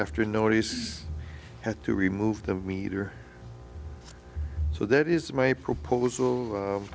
after nobody's had to remove the meter so that is my proposal